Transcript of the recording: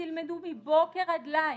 שתלמדו מבוקר עד ליל,